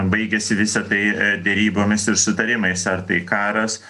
baigiasi visa tai derybomis ir susitarimais ar tai karas